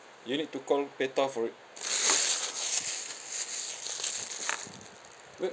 you need to call PETA for it where